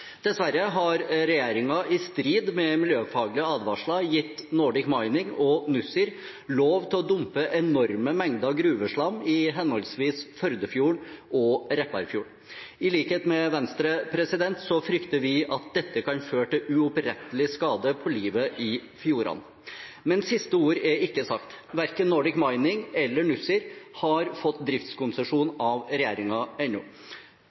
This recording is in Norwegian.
Dessverre har regjeringen i strid med miljøfaglige advarsler gitt Nordic Mining og Nussir lov til å dumpe enorme mengder gruveslam i henholdsvis Førdefjorden og Repparfjorden. I likhet med Venstre frykter vi at dette kan føre til uopprettelig skade på livet i fjordene. Men siste ord er ikke sagt. Verken Nordic Mining eller Nussir har fått driftskonsesjon av regjeringen ennå.